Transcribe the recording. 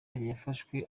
yarafashwe